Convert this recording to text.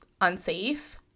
unsafe